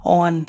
on